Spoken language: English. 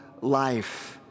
life